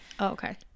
okay